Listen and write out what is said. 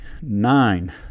Nine